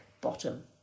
bottom